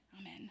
Amen